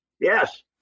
yes